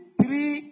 three